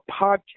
podcast